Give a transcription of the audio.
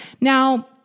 Now